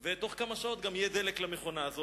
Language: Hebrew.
ותוך כמה שעות גם יהיה דלק למכונה הזאת.